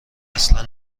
اصلا